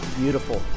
beautiful